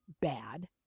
bad